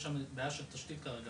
יש שם בעיה של תשתית כרגע,